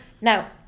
now